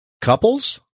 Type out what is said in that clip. Couples